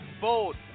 bold